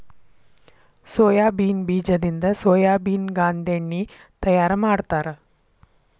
soybean ಬೇಜದಿಂದ soybean ಗಾಂದೆಣ್ಣಿ ತಯಾರ ಮಾಡ್ತಾರ